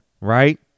Right